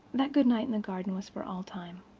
that good night in the garden was for all time.